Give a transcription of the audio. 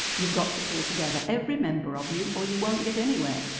you've got to pull together, every member of you, or you won't get anywhere.